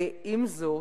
עם זאת,